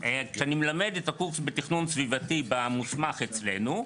כשאני מלמד את הקורס בתכנון סביבתי במוסמך אצלנו,